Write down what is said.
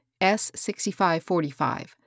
S-6545